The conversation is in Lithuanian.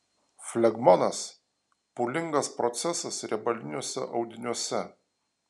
flegmonas pūlingas procesas riebaliniuose audiniuose